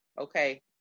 Okay